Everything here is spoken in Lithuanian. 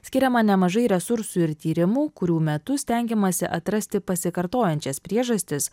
skiriama nemažai resursų ir tyrimų kurių metu stengiamasi atrasti pasikartojančias priežastis